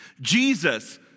Jesus